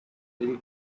ill